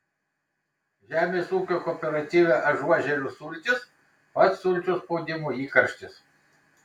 žemės ūkio kooperatyve ažuožerių sultys pats sulčių spaudimo įkarštis